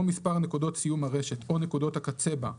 מספר נקודות סיום הרשת או נקודות הקצה בה,